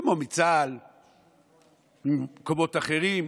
כמו מצה"ל וממקומות אחרים,